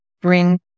bring